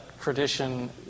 tradition